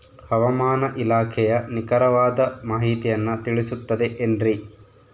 ಹವಮಾನ ಇಲಾಖೆಯ ನಿಖರವಾದ ಮಾಹಿತಿಯನ್ನ ತಿಳಿಸುತ್ತದೆ ಎನ್ರಿ?